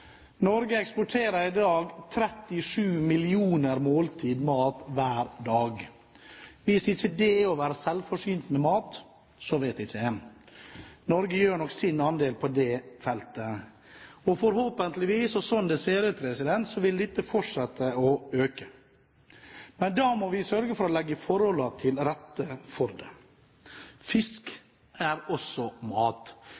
Norge eksporterer i dag 37 millioner måltider mat hver dag. Hvis ikke dét er å være selvforsynt med mat, så vet ikke jeg. Norge gjør nok sin del på det feltet. Og forhåpentligvis vil dette, slik det ser ut nå, fortsette å øke, men da må vi sørge for å legge forholdene til rette for det.